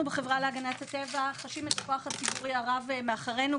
אנחנו בחברה להגנת הטבע חשים את הכוח הציבורי הרב מאחורינו,